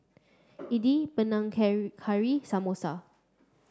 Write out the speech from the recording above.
Idili Panang Care Curry Samosa